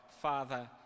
Father